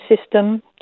system